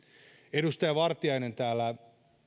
edustaja vartiainen täällä